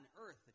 earth